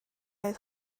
oedd